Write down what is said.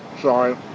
sorry